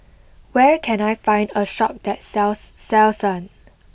where can I find a shop that sells Selsun